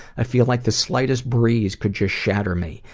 i feel like the slightest breeze could just shatter me.